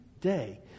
day